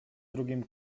drugim